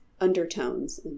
undertones